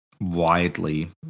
widely